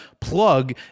plug